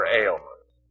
ailments